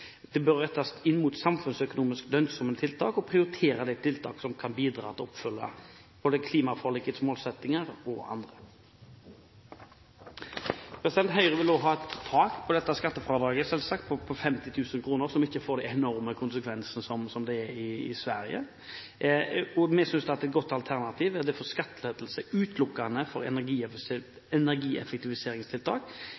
Det bør rettes inn mot samfunnsøkonomisk lønnsomme tiltak og prioritere tiltak som kan bidra til å oppfylle Klimaforlikets målsettinger. Høyre vil selvsagt også ha et tak på dette skattefradraget på 50 000 kr, slik at vi ikke får de enorme konsekvensene som de har i Sverige. Vi synes at et godt alternativ derfor er skattelettelse utelukkende for